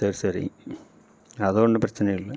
சேரி சரி அது ஒன்றும் பிரச்சனை இல்லை